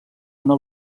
una